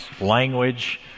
language